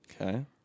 Okay